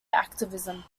activism